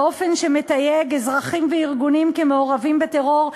באופן שמתייג אזרחים וארגונים כמעורבים בטרור.